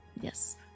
Yes